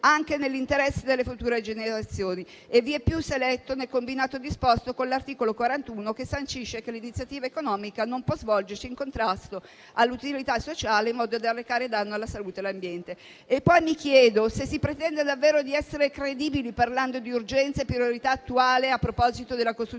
anche nell'interesse delle future generazioni; vieppiù se letto nel combinato disposto con l'articolo 41, che sancisce che l'iniziativa economica non può svolgersi in contrasto all'utilità sociale e in modo da arrecare danno alla salute e all'ambiente. Poi mi chiedo: se si pretende davvero di essere credibili, parlando di urgenza e priorità attuale a proposito della costruzione